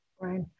Right